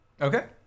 Okay